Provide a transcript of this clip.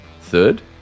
third